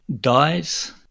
dies